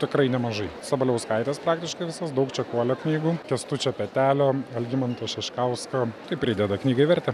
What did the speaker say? tikrai nemažai sabaliauskaitės praktiškai visas daug čekuolio knygų kęstučio pėtelio algimanto šeškausko tai prideda knygai vertę